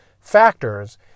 factors